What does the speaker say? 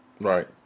Right